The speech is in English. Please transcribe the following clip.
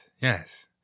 Yes